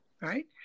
right